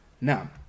Now